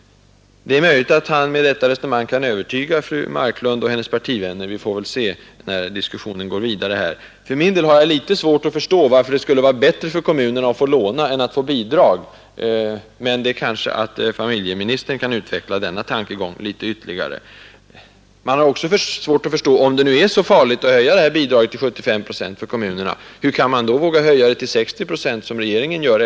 Det är möjligt att han med det resonemanget kan övertyga fru Marklund och hennes partivänner — vi får väl se när diskussionen går vidare. För min del har jag litet svårt att förstå varför det skulle vara bättre för kommunerna att få låna än att få bidrag, men denna tankegång kanske familjeministern kan utveckla litet ytterligare. Och om det nu är så farligt att höja det här bidraget till 75 procent för kommunerna, hur kan man då våga höja det till 60 procent som regeringen föreslår?